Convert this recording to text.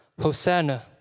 Hosanna